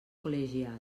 col·legials